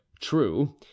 true